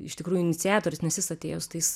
iš tikrųjų iniciatorius nes jis atėjo su tais